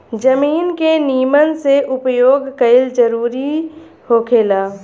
जमीन के निमन से उपयोग कईल जरूरी होखेला